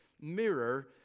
mirror